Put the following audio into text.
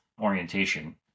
orientation